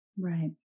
Right